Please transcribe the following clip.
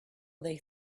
they